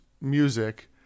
music